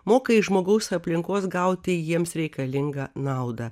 mokai žmogaus aplinkos gauti jiems reikalingą naudą